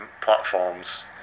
Platforms